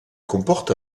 comporte